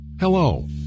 Hello